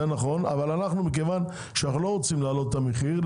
אבל מכיוון שאנחנו לא רוצים להעלות ת המחיר,